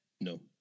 No